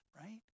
right